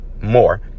more